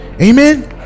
amen